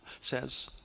says